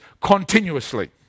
continuously